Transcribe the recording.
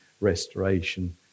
restoration